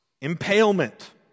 impalement